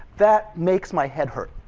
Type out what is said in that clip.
that makes my head hurt.